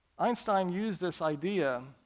einstein used this idea,